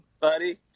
buddy